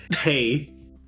Hey